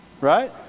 Right